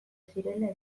zirela